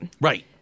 Right